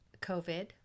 covid